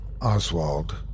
Oswald